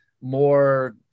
more